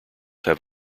have